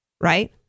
Right